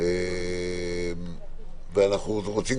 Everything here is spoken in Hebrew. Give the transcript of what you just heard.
אנחנו רוצים,